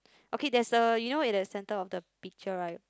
okay there is a you know in that center of the picture right